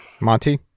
Monty